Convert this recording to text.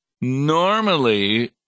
Normally